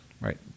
right